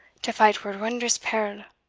to fight were wondrous peril,